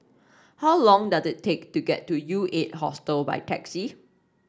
how long does it take to get to U Eight Hostel by taxi